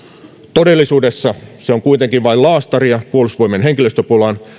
todellisuudessa se on kuitenkin vain laastaria puolustusvoimien henkilöstöpulaan